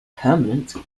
permanent